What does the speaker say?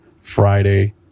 Friday